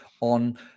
on